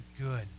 good